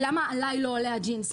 למה עליי לא עולה הג'ינס?